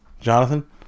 Jonathan